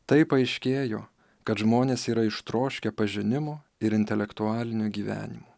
tai paaiškėjo kad žmonės yra ištroškę pažinimo ir intelektualinio gyvenimo